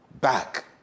back